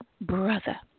brother